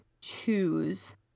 choose